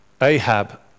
Ahab